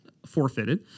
forfeited